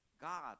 God